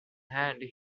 hand